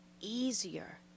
easier